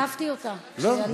הוספתי אותה, כשעליתי.